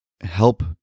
help